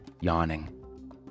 yawning